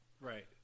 Right